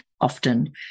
often